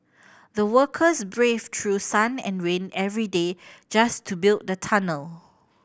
the workers braved through sun and rain every day just to build the tunnel